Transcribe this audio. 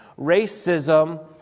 Racism